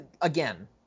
again